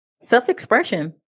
Self-expression